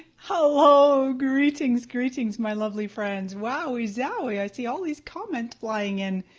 hello, greetings, greetings, my lovely friends. wowie, zowie, i see all these comments flying in.